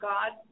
God